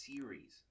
series